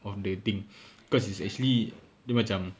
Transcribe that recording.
of the thing because it's actually dia macam